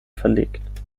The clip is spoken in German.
verlegt